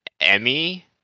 Emmy